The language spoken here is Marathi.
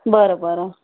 बरं बरं